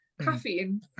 caffeine